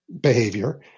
behavior